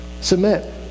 Submit